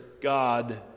God